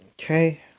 Okay